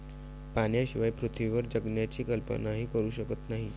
पाण्याशिवाय पृथ्वीवर जगण्याची कल्पनाही करू शकत नाही